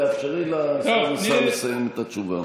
אפשרי לסגן השר לסיים את התשובה,